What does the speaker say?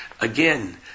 Again